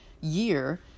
year